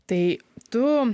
tai tu